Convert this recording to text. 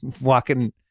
walking